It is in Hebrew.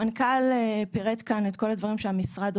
לא לשתף אתכם כמה אני חכמה ואילו רעיונות יש לי והסיפור שלי הוא